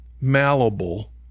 malleable